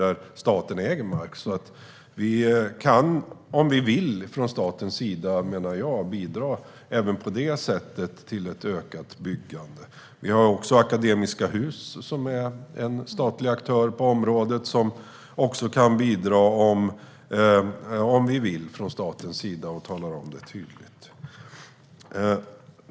Vi från staten kan om vi vill, menar jag, bidra även på det sättet till ett ökat byggande. Akademiska Hus är en statlig aktör på området som också kan bidra, om vi från staten vill och talar om det tydligt.